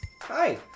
Hi